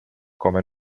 come